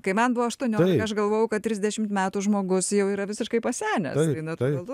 kai man buvo aštuoniolika aš galvojau kad trisdešimt metų žmogus jau yra visiškai pasenęs